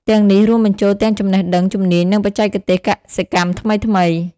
ទាំងនេះរួមបញ្ចូលទាំងចំណេះដឹង ជំនាញ និងបច្ចេកទេសកសិកម្មថ្មីៗ។